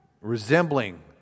resembling